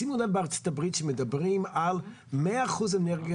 שימו לב בארצות הברית שמדברים על 100% אנרגיה